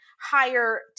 higher